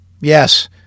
yes